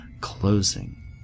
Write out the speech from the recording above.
closing